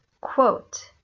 quote